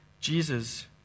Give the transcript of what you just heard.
Jesus